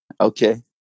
Okay